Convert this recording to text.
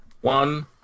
One